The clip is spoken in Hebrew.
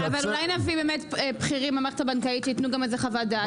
אבל אולי נביא באמת בכירים מהמערכת הבנקאית שיתנו גם איזו חוות דעת?